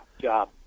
job